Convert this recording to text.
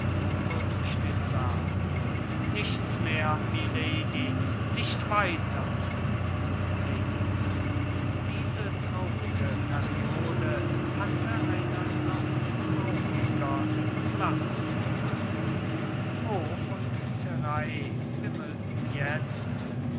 nichts mehr milady nicht weiter lady diese traurige periode hatte einer noch traurigern platz gemacht hof und serail wimmelten jetzt